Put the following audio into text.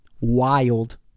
wild